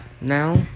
Now